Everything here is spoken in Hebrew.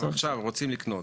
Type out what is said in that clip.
עכשיו הם רוצים לקנות.